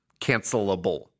cancelable